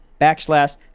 backslash